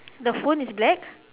the phone is black